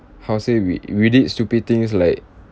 how to say we we did stupid things like